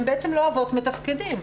הם לא אבות מתפקדים,